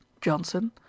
johnson